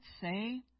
say